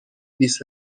بیست